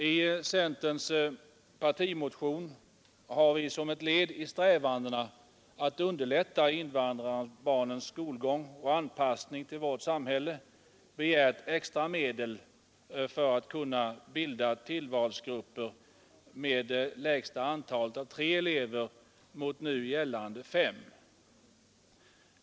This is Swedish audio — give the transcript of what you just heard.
I centerns partimotion har vi som ett led i strävandena att underlätta invandrarbarnens skolgång och anpassning till vårt samhälle begärt extra medel för att kunna bilda tillvalsgrupper med lägsta antalet tre elever mot nu gällande fem.